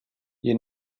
you